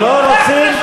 לא רוצים,